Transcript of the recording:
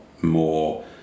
more